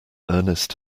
ernest